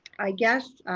i guess,